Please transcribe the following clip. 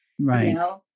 Right